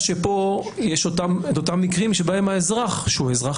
כאן יש את אותם מקרים בהם האזרח שהוא אזרח